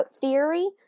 theory